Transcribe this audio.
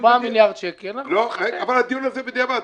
4 מיליארד שקל --- אבל הדיון הזה הוא בדיעבד.